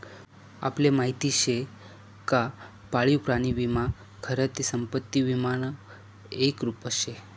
आपले माहिती शे का पाळीव प्राणी विमा खरं ते संपत्ती विमानं एक रुप शे